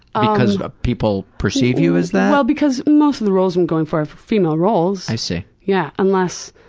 ah because ah people perceive you as that? well, because most of the roles i'm going for are female roles. i see lauren yeah unless,